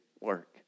work